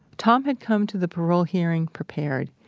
tom had come to the parole hearing prepared.